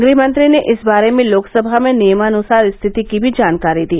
गृहमंत्री ने इस बारे में लोकसभा में नियमानुसार रिथिति की भी जानकारी दी